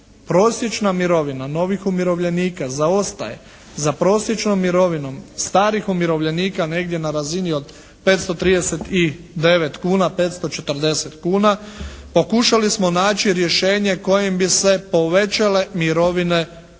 prosječna mirovina novih umirovljenika zaostaje za prosječnom mirovinom starih umirovljenika negdje na razini od 539 kuna, 540 kuna, pokušali smo naći rješenje kojim bi se povećale mirovine novih